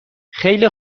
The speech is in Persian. خیله